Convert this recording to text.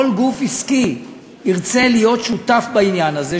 כל גוף עסקי ירצה להיות שותף בעניין הזה,